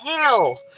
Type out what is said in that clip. hell